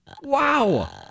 Wow